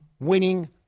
winning